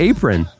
Apron